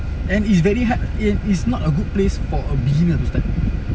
and it's very hard it is not a good place for a beginner to start